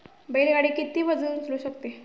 बैल गाडी किती वजन उचलू शकते?